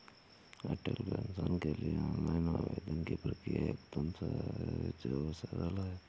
अटल pension के लिए online आवेदन की प्रक्रिया एकदम सहज और सरल है